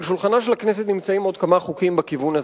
על שולחנה של הכנסת נמצאים עוד כמה חוקים בכיוון הזה,